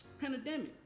pandemic